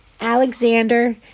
Alexander